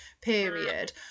period